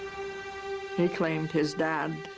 he claimed his dad,